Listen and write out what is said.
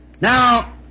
Now